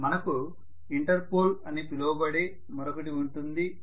professor మనకు Interpol అని పిలువబడే మరొకటి ఉంటుంది